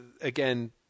again